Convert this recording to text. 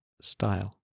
style